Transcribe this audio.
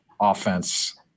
offense